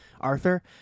Arthur